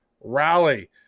rally